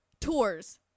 tours –